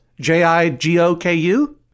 J-I-G-O-K-U